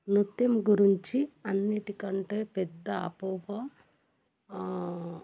నృత్యం గురించి అన్నిటికంటే పెద్ద అపోహ